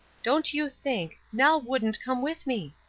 don't you think, nell wouldn't come with me!